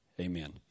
amen